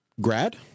grad